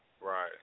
Right